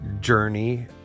journey